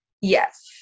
Yes